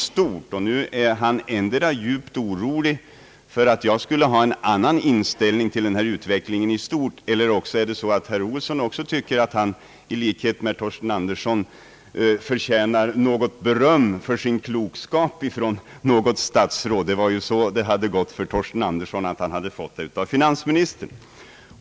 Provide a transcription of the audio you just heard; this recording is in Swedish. Då är det tydligen så att herr Olsson antingen är djupt orolig för att jag skulle ha en annan inställning eller också anser att han, i likhet med herr Torsten Andersson, förtjänar ett visst beröm för sin klokskap från något statsråd; herr Andersson hade ju fått ett sådant beröm av finansministern.